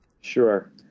Sure